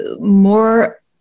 more